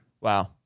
Wow